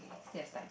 still have time